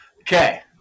Okay